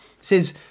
says